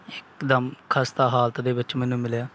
ਇੱਕ ਦਮ ਖਸਤਾ ਹਾਲਤ ਦੇ ਵਿੱਚ ਮੈਨੂੰ ਮਿਲਿਆ